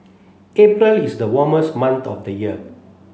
April is the warmest month of the year